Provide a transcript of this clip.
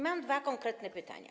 Mam dwa konkretne pytania.